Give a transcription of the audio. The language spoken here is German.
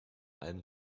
allem